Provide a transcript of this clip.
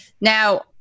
Now